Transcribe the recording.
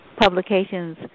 publications